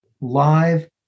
live